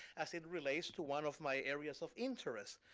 as it relates to one of my areas of interest,